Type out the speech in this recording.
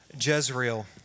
Jezreel